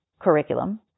Curriculum